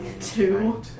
Two